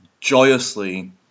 joyously